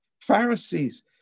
Pharisees